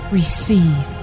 receive